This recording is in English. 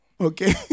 Okay